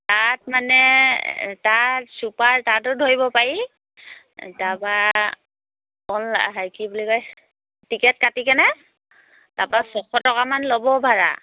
তাত মানে তাত ছুপাৰ তাতো ধৰিব পাৰি তাৰপৰা অনলাইন হেৰি কি বুলি কয় টিকেট কাটি কেনে তাৰপৰা ছশ টকামান ল'ব ভাড়া